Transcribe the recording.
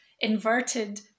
inverted